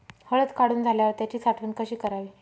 हळद काढून झाल्यावर त्याची साठवण कशी करावी?